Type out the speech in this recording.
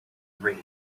read